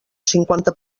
cinquanta